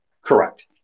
Correct